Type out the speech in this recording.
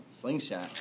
Slingshot